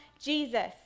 Jesus